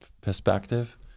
perspective